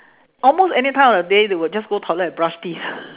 almost any time of the day they will just go toilet and brush teeth